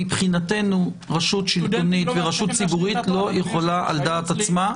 מבחינתנו רשות שלטונית ורשות ציבורית לא יכולה על דעת עצמה.